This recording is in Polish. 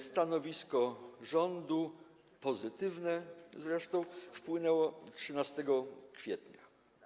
Stanowisko rządu, pozytywne zresztą, wpłynęło 13 kwietnia.